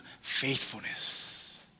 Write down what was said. faithfulness